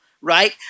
right